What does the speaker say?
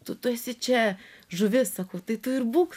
tu tu esi čia žuvis sakau tai tu ir būk